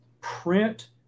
print